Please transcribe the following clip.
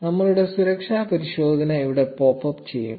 0231 നമ്മളുടെ സുരക്ഷാ പരിശോധന ഇവിടെ പോപ്പ് അപ്പ് ചെയ്യും